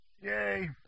yay